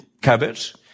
cabbage